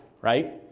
right